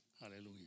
Hallelujah